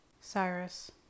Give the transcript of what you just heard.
Cyrus